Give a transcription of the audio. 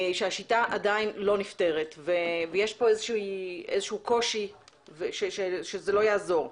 שהשיטה עדיין לא נפתרת ויש פה איזה שהוא קושי שזה לא יעזור.